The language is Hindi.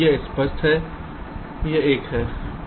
यह स्पष्ट है यह एक है